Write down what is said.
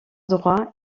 droit